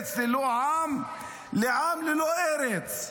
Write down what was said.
ארץ ללא עם לעם ללא ארץ.